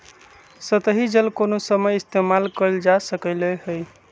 सतही जल कोनो समय इस्तेमाल कएल जा सकलई हई